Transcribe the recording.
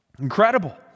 Incredible